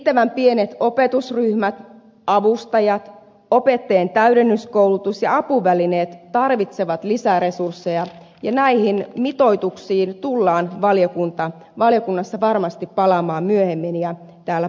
riittävän pienet opetusryhmät avustajat opettajien täydennyskoulutus ja apuvälineet tarvitsevat lisäresursseja ja näihin mitoituksiin tullaan valiokunnassa varmasti palaamaan myöhemmin ja täällä budjettikäsittelyssä